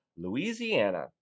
Louisiana